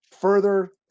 further